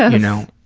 ah you know?